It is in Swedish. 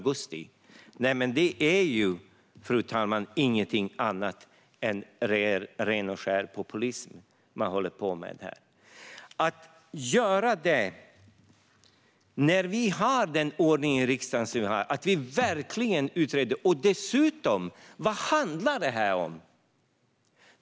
Det man håller på med, fru talman, är inget annat än ren och skär populism. Man gör det trots att vi har den ordning vi har i riksdagen. Vi utreder verkligen allting. Och vad handlar detta dessutom om?